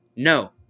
No